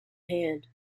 hand